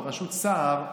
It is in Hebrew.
בראשות סער,